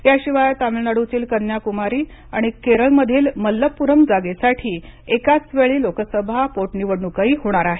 याशिवाय तामिळनाडूतील कन्याकुमारी आणि केरळमधील मलप्पुरम जागेसाठी एकाच वेळी लोकसभा पोटनिवडणूकही होणार आहे